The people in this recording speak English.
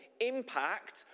impact